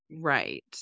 Right